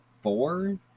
four